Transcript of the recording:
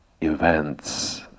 events